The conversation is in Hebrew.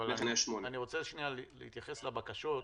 אני רוצה להתייחס לבקשות.